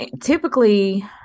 Typically